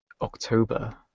October